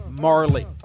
marley